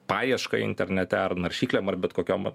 paieška internete ar naršyklėm ar bet kokiom